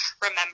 remember